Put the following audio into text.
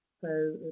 so,